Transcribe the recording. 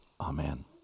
Amen